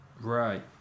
Right